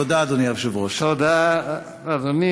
תודה, אדוני